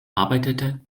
arbeitete